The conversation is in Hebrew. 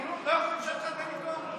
אי-אפשר להתחתן איתו.